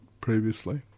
previously